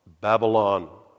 Babylon